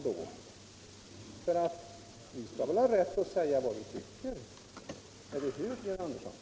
Vi skall väl ha rätt att säga vad vi tycker — eller hur, herr Andersson i Lycksele?